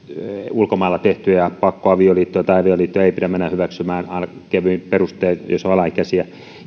ulkomailla tehtyjä pakkoavioliittoja tai avioliittoja ei pidä mennä hyväksymään ainakaan kevyin perustein jos on alaikäisiä